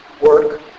work